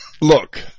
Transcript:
Look